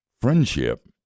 Friendship